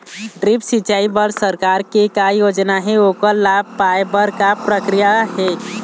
Drip सिचाई बर सरकार के का योजना हे ओकर लाभ पाय बर का प्रक्रिया हे?